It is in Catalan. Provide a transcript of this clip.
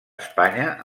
espanya